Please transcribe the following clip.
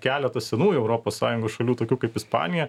keleta senųjų europos sąjungos šalių tokių kaip ispanija